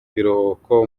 biruhuko